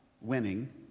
winning